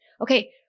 Okay